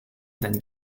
then